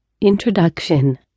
Introduction